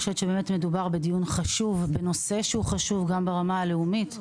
אני באמת חושבת שמדובר בדיון חשוב ובנושא חשוב גם ברמה הלאומית.